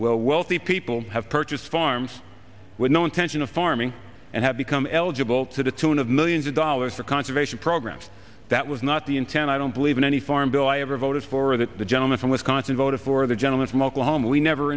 well wealthy people have purchased farms with no intention of farming and have become eligible to the tune of millions of dollars for conservation programs that was not the intent i don't believe in any farm bill i ever voted for that the gentleman from wisconsin voted for the gentleman from oklahoma we never